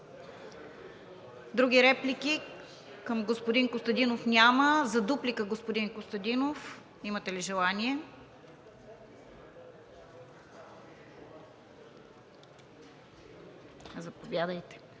Други реплики към господин Костадинов? Няма. За дуплика, господин Костадинов, имате ли желание? Заповядайте.